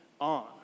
on